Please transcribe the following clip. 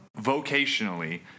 vocationally